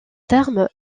terme